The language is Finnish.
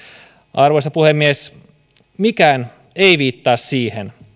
arvoisa puhemies mikään ei viittaa siihen